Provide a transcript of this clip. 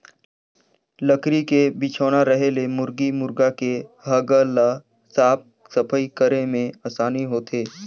लकरी के बिछौना रहें ले मुरगी मुरगा के हगल ल साफ सफई करे में आसानी होथे